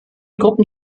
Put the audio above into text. gruppen